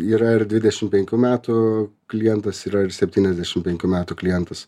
yra ir dvidešimt penkių metų klientas yra ir septyniasdešimt penkių metų klientas